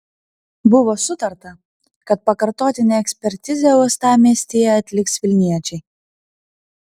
buvo sutarta kad pakartotinę ekspertizę uostamiestyje atliks vilniečiai